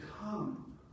come